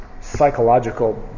psychological